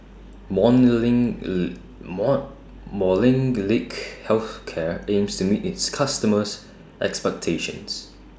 Molnylcke Health Care aims to meet its customers' expectations